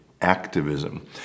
Activism